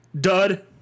Dud